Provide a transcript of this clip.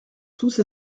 tous